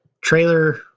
Trailer